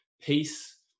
peace